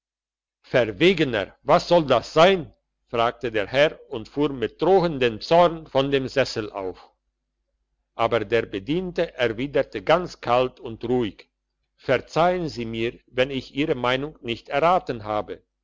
verwegener was soll das sein fragte der herr und fuhr mit drohendem zorn von dem sessel auf aber der bediente erwiderte ganz kalt und ruhig verzeihen sie mir wenn ich ihre meinung nicht erraten habe